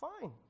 fine